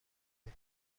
بود